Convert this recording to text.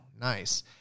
nice